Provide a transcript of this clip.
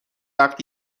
وقت